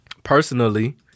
Personally